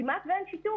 כמעט ואין שיתוף.